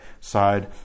side